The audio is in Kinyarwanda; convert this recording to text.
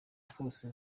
zose